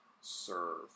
serve